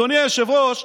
אדוני היושב-ראש,